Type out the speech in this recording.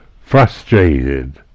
frustrated